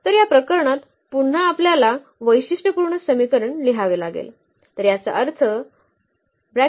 तर या प्रकरणात पुन्हा आपल्याला वैशिष्ट्यपूर्ण समीकरण लिहावे लागेल